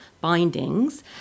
bindings